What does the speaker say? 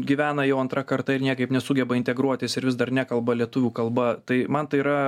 gyvena jau antra karta ir niekaip nesugeba integruotis ir vis dar nekalba lietuvių kalba tai man tai yra